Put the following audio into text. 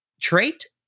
trait